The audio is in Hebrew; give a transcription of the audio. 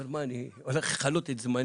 הוא אמר, מה, אני הולך לכלות את זמני?